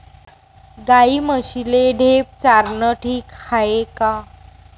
गाई म्हशीले ढेप चारनं ठीक हाये का?